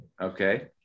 Okay